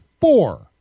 four